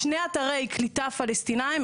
שני אתרי קליטה פלסטינים,